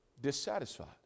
dissatisfied